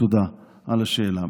תודה על השאלה.